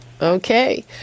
Okay